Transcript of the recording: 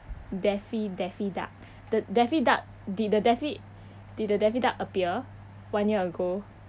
daffy daffy duck the daffy duck did the daffy did the daffy duck appear one year ago